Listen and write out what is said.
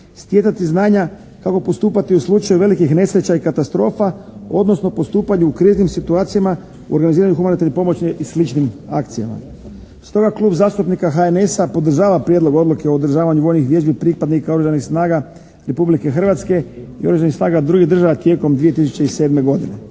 stjecati znanja kako postupati u slučaju velikih nesreća i katastrofa odnosno postupanje u kriznim situacija u organiziranju humanitarnih pomoći i sličnim akcijama. Stoga Klub zastupnika HNS-a podržava Prijedlog odluke o održavanju vojnih vježbi pripadnika oružanih snaga Republike Hrvatske i oružanih snaga drugih država tijekom 2007. godine.